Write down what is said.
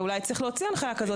אולי צריך להוציא הנחייה כזו.